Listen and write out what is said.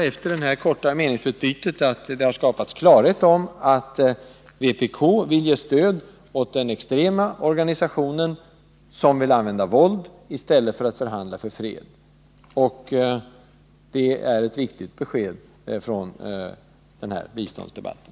Efter det här korta meningsutbytet kan jag konstatera att det har skapats klarhet om att vpk vill ge stöd åt den extrema organisation som vill använda våld i stället för att förhandla för fred. Det är ett viktigt besked i den här biståndsdebatten.